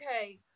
Okay